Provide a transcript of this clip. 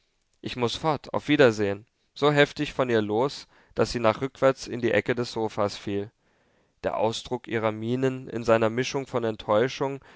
ich muß fort auf wiedersehen so heftig von ihr los daß sie nach rückwärts in die ecke des sofas fiel der ausdruck ihrer mienen in seiner mischung von enttäuschung